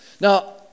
Now